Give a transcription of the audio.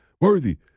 worthy